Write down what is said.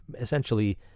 Essentially